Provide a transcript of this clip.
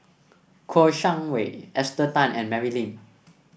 Kouo Shang Wei Esther Tan and Mary Lim